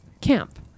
camp